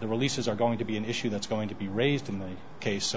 the releases are going to be an issue that's going to be raised in the case so